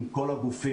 עם כל הגופים,